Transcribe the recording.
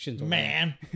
Man